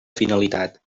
finalitat